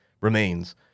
remains